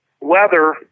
weather